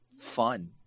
fun